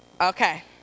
Okay